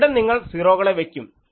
എവിടെ നിങ്ങൾ സീറോകളെ വയ്ക്കും